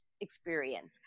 experience